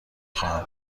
خواهم